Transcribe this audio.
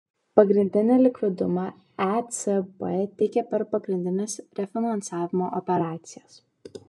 pagrindinį likvidumą ecb teikia per pagrindines refinansavimo operacijas